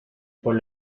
por